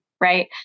right